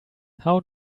how